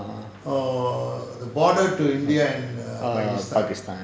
err pakistan